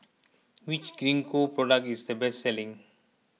which Gingko product is the best selling